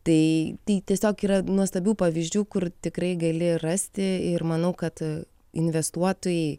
tai tai tiesiog yra nuostabių pavyzdžių kur tikrai gali rasti ir manau kad investuotojai